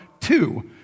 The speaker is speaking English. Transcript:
two